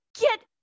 Get